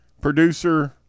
producer